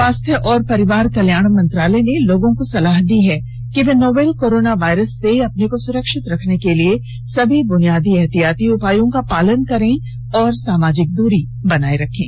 स्वास्थ्य और परिवार कल्याण मंत्रालय ने लोगों को सलाह दी है कि वे नोवल कोरोना वायरस से अपने को सुरक्षित रखने के लिए सभी बुनियादी एहतियाती उपायों का पालन करें और सामाजिक दूरी बनाए रखें